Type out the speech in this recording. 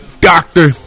doctor